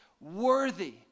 worthy